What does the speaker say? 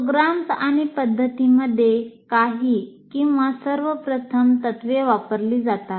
programs आणि पद्धतींमध्ये काही किंवा सर्व प्रथम तत्त्वे वापरली जातात